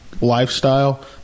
lifestyle